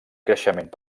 creixement